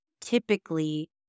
typically